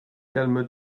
calme